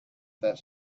that